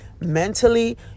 mentally